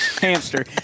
Hamster